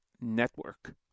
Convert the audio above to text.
Network